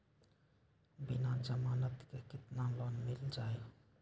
बिना जमानत के केतना लोन मिल जाइ?